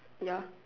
ya